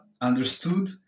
understood